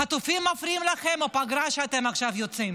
החטופים מפריעים לכם או הפגרה שאתם עכשיו יוצאים